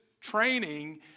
training